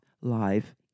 life